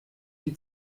die